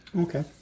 Okay